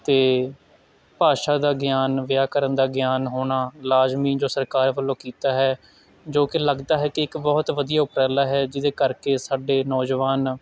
ਅਤੇ ਭਾਸ਼ਾ ਦਾ ਗਿਆਨ ਵਿਆਕਰਨ ਦਾ ਗਿਆਨ ਹੋਣਾ ਲਾਜ਼ਮੀ ਜੋ ਸਰਕਾਰ ਵੱਲੋਂ ਕੀਤਾ ਹੈ ਜੋ ਕਿ ਲੱਗਦਾ ਹੈ ਕਿ ਇੱਕ ਬਹੁਤ ਵਧੀਆ ਉਪਰਾਲਾ ਹੈ ਜਿਹਦੇ ਕਰਕੇ ਸਾਡੇ ਨੌਜਵਾਨ